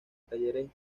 talleres